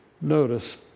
Notice